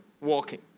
walking